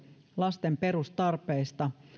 lasten perustarpeista